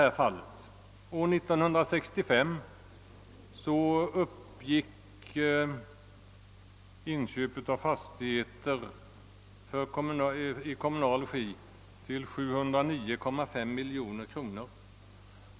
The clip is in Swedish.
År 1965 uppgick inköpen av fastigheter i kommunal regi till 709,5 miljoner kronor.